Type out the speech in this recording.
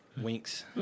winks